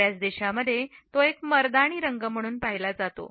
बर्याच देशांमध्ये तो एक मर्दानी रंग म्हणून पाहिले जाते